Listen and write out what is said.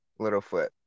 Littlefoot